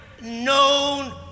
known